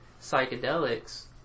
psychedelics